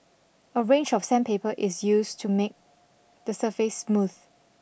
a range of sandpaper is used to make the surface smooth